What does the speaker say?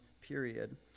period